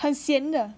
很咸的